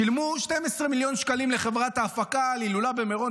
שילמו 12 מיליון שקלים לחברת ההפקה על הילולה במירון,